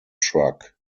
truck